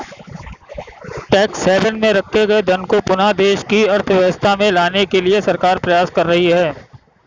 tax haven में रखे गए धन को पुनः देश की अर्थव्यवस्था में लाने के लिए सरकार प्रयास कर रही है